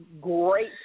great